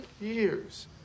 years